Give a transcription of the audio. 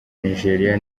nigeria